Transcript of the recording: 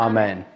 Amen